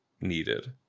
needed